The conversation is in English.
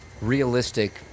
realistic